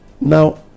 now